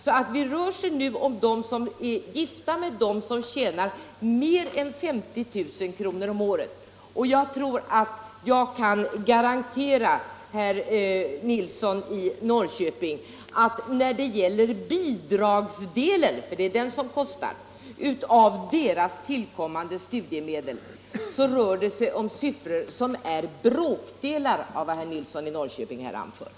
Det rör sig alltså om dem som är gifta med personer som tjänar mer än 50 000 om året, men jag tror att jag kan garantera herr Nilsson i Norrköping att när det gäller bidragsdelen — för det är den som drar de stora kostnaderna — av deras tillkommande studiemedel är det fråga om bråkdelar av de siffror som herr Nilsson i Norrköping här anfört.